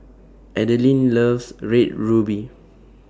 Adelyn loves Red Ruby